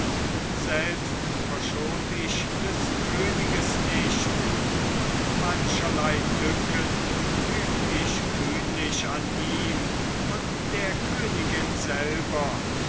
selbst verschont ich des königes nicht und mancherlei tücken übt ich kühnlich an ihm und an der königin selber